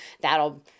that'll